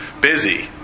busy